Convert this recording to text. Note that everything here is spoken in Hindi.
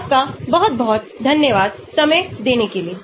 आपका बहुत बहुत धन्यवाद समय देने के लिए